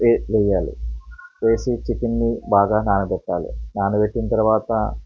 వే వెయ్యాలి వేసి చికెన్ని బాగా నానబెట్టాలి నానబెట్టిన తరువాత